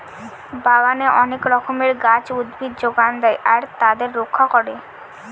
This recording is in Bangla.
বাগানে অনেক রকমের গাছ, উদ্ভিদ যোগান দেয় আর তাদের রক্ষা করে